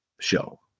show